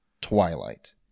Twilight